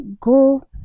go